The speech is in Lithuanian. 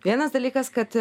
vienas dalykas kad